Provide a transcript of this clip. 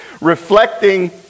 reflecting